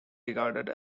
regarded